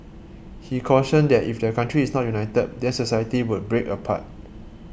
he cautioned that if the country is not united then society would break apart